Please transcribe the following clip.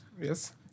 Yes